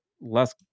less